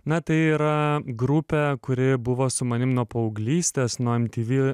na tai yra grupė kuri buvo su manimi nuo paauglystės nuo em ty vy